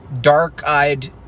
dark-eyed